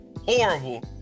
horrible